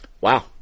Wow